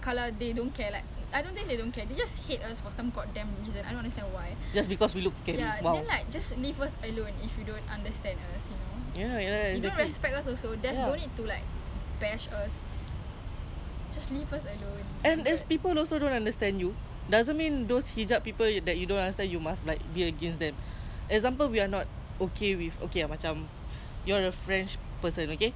and as people also don't understand you doesn't mean those hijab people that you don't understand you must like be against them example we are not okay with okay ah macam you are a french person okay and you don't like me because I wear hijab and I don't like you because you are very ignorant am I like why are you so ignorant blah blah blah no right like I'm leaving you alone because like you do you I do me like like that